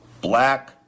Black